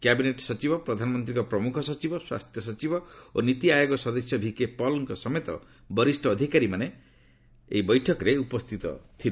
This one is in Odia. କ୍ୟାବିନେଟ୍ ସଚିବ ପ୍ରଧାନମନ୍ତ୍ରୀଙ୍କ ପ୍ରମୁଖ ସଚିବ ସ୍ୱାସ୍ଥ୍ୟସଚିବ ଓ ନୀତିଆୟୋଗ ସଦସ୍ୟ ଭିକେପଲ୍ଙ୍କ ସମେତ ବରିଷ୍ଣ ଅଧିକାରୀମାନେ ଏହି ବୈଠକରେ ଉପସ୍ଥିତ ଥିଲେ